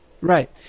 Right